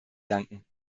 danken